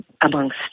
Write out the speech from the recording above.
amongst